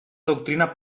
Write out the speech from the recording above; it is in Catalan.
doctrina